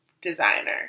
designer